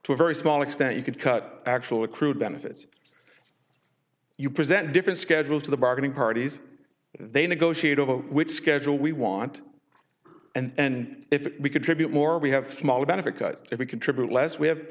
to a very small extent you could cut actual accrued benefits you present different schedules to the bargaining parties they negotiate over which schedule we want and if we contribute more we have smaller benefit cuts if we contribute less we have